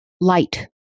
light